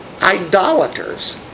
idolaters